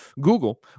Google